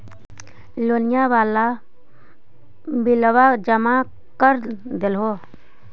लोनिया वाला बिलवा जामा कर देलहो?